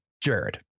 Jared